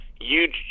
huge